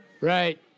Right